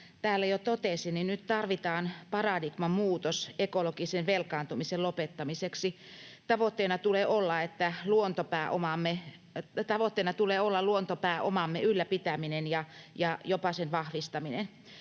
täällä jo totesi, niin nyt tarvitaan paradigman muutos ekologisen velkaantumisen lopettamiseksi. Tavoitteena tulee olla luontopääomamme ylläpitäminen ja jopa sen vahvistaminen.